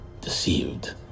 deceived